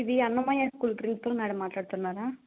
ఇది Annamayya school principal madam మాట్లాతున్నారా